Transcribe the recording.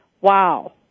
Wow